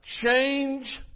Change